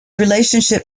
relationship